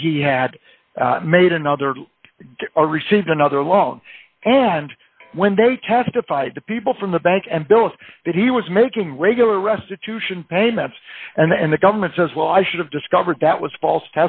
that he had made another or received another loan and when they testified to people from the bank and believe that he was making regular restitution payments and the government says well i should have discovered that was false